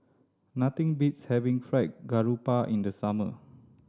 nothing beats having Fried Garoupa in the summer